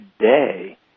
today